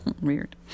Weird